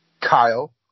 Kyle